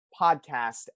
podcast